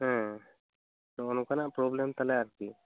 ᱦᱮᱸ ᱛᱚ ᱚᱱᱠᱟᱱᱟᱜ ᱯᱨᱳᱵᱮᱞᱮᱢ ᱛᱟᱞᱮ ᱟᱨᱠᱤ